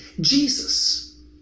Jesus